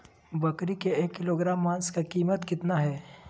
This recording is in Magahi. बकरी के एक किलोग्राम मांस का कीमत कितना है?